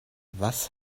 was